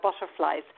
butterflies